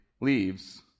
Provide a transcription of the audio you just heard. leaves